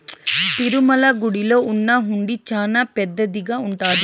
తిరుమల గుడిలో ఉన్న హుండీ చానా పెద్దదిగా ఉంటాది